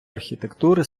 архітектури